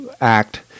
Act